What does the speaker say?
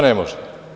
Ne može.